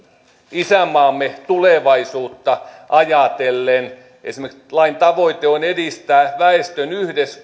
isänmaamme tulevaisuutta ajatellen lain tavoite on edistää väestön